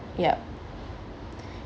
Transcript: yup